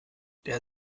der